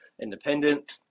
independent